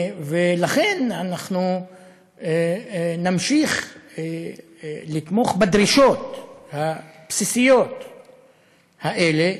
ולכן אנחנו נמשיך לתמוך בדרישות הבסיסיות האלה,